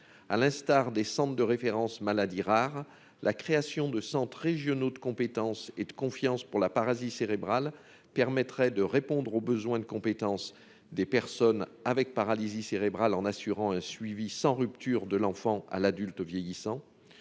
à l'instar des centres de référence maladies rares, la création de Centres régionaux de compétences et de confiance pour la parasite cérébral permettrait de répondre au besoin de compétences des personnes avec paralysie cérébrale en assurant un suivi sans rupture de l'enfant à l'adulte vieillissant,